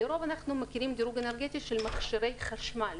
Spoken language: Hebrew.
לרוב אנחנו מכירים דירוג אנרגטי של מכשירי חשמל.